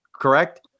Correct